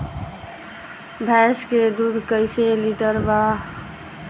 भैंस के दूध कईसे लीटर बा?